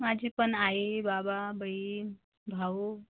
माझी पण आई बाबा बहीण भाऊ